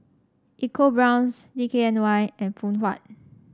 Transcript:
EcoBrown's D K N Y and Phoon Huat